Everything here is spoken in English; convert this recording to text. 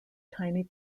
tiny